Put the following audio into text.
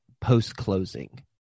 post-closing